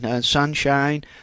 sunshine